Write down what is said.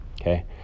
okay